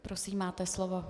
Prosím, máte slovo.